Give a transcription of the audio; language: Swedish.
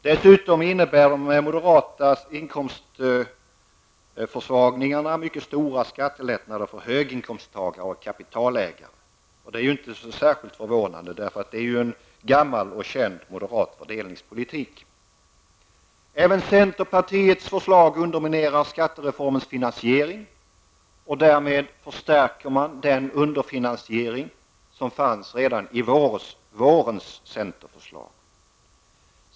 Dessutom innebär de moderata inkomstförsvagningarna mycket stora skattelättnader för höginkomsttagare och kapitalägare. Det är inte heller särskilt förvånande. Det är en gammal och känd moderat fördelningspolitik. Även centerpartiets förslag underminerar skattereformens finansiering. Därmed förstärker man den underfinansiering som fanns redan i vårens centerförslag.